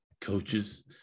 coaches